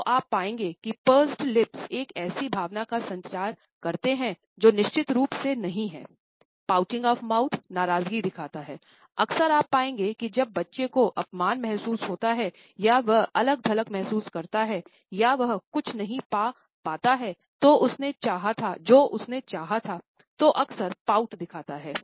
तो आप पाएंगे कि पर्सी लिप्स दिखता है